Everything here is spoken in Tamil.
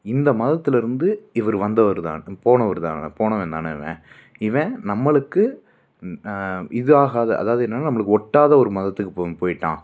இந்த மதத்தில் இருந்து இவர் வந்தவர் தான் போனவர் தானேடா போனவன் தானே இவன் இவன் நம்மளுக்கு இது ஆகாத அதாவது என்னென்னா நம்மளுக்கு ஒட்டாத ஒரு மதத்துக்கு போம் போயிட்டான்